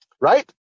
right